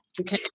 Okay